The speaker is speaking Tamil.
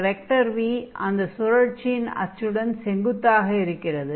இந்த வெக்டர் v அந்த சுழற்சியின் அச்சுடனும் செங்குத்தாக இருக்கிறது